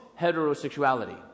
heterosexuality